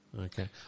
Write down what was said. Okay